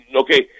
okay